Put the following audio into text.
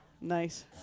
Nice